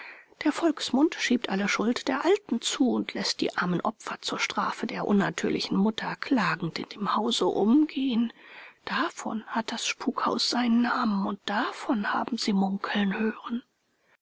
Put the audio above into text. der volksmund schiebt alle schuld der alten zu und läßt die armen opfer zur strafe der unnatürlichen mutter klagend in dem hause umgehen davon hat das spukhaus seinen namen und davon haben sie munkeln hören